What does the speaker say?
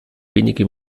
wenige